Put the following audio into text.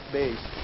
base